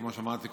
כמו שאמרתי קודם,